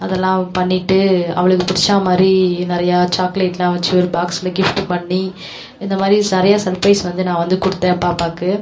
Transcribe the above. அதெலாம் பண்ணிவிட்டு அவளுக்கு பிடிச்சா மாதிரி நிறையா சாக்லேட்லாம் வச்சு ஒரு பாக்ஸில் கிஃப்ட் பண்ணி இந்த மாதிரி சரியாக சர்ப்ரைஸ் வந்து நான் வந்து கொடுத்தேன் பாப்பாவுக்கு